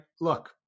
look